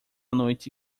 noite